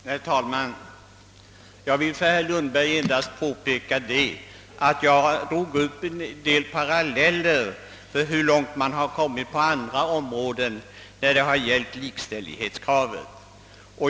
Herr talman! Jag. vill endast påpeka för herr Lundberg, att jag drog upp em del paralleller för att visa hur långt man kommit på en del andra områden i fråga om likställighetskravet.